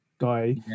guy